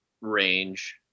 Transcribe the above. range